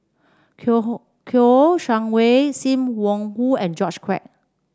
Kouo Shang Wei Sim Wong Hoo and George Quek